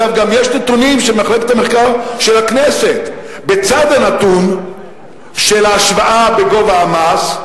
יש גם נתונים של מחלקת המחקר של הכנסת בצד הנתון של ההשוואה בגובה המס,